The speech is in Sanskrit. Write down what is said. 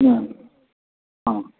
हा